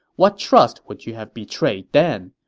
what trust would you have betrayed then?